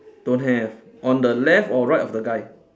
don't have on the left or right of the guy